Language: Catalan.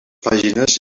pàgines